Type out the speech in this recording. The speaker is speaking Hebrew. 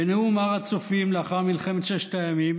בנאום הר הצופים לאחר מלחמת ששת הימים